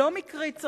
לא מקרית.